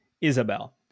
Isabel